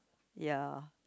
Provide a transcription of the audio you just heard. ya